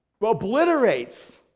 obliterates